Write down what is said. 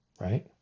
Right